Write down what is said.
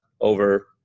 over